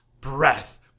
breath